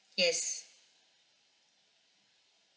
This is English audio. yes